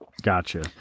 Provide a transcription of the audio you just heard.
Gotcha